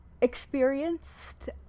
experienced